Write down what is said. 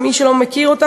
ולמי שלא מכיר אותה,